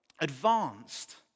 advanced